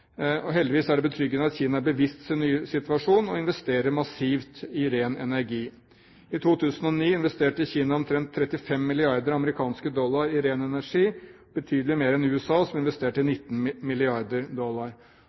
Heldigvis er det betryggende at Kina er seg bevisst sin nye situasjon, og investerer massivt i ren energi. I 2009 investerte Kina omtrent 35 mrd. US dollar i ren energi, betydelig mer enn USA, som investerte 19 mrd. US dollar.